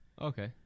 Okay